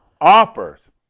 offers